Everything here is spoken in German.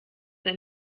ein